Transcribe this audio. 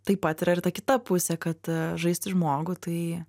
taip pat yra ir ta kita pusė kad žaisti žmogų tai